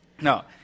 No